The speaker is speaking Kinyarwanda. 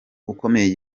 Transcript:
ukomeye